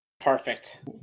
Perfect